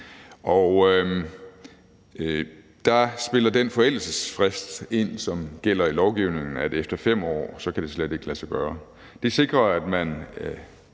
Der spiller den forældelsesfrist ind, som gælder i lovgivningen, at efter 5 år kan det slet ikke lade sig gøre. Det sikrer, at man